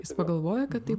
jis pagalvojo kad tai